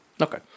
Okay